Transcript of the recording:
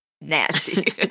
Nasty